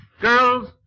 Girls